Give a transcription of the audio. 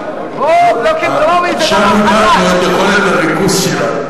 בלוקים טרומיים זה דבר חדש.